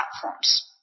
platforms